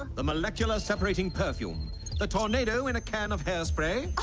the molecular separating perfume a tornado in a can of hairspray